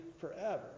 forever